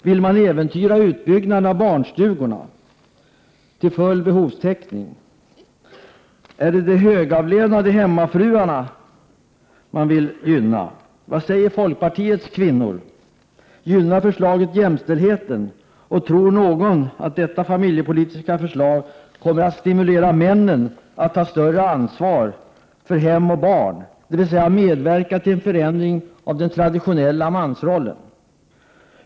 Vill man äventyra utbyggnaden av barnstugorna till full behovstäckning? Är det de högavlönade med hemmafru man vill gynna? Vad säger folkpartiets kvinnor? Gynnar förslaget jämställdheten? Och tror någon att detta familjepolitiska förslag kommer att stimulera männen att ta större ansvar för hem och barn, dvs. medverka till förändring av den traditionella mansrollen?